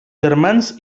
germans